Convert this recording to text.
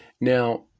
Now